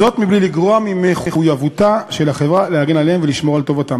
זאת מבלי לגרוע ממחויבותה של החברה להגן עליהם ולשמור על טובתם.